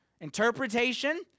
interpretation